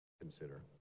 consider